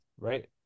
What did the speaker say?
right